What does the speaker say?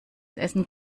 essen